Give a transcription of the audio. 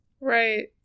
Right